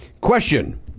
question